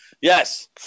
Yes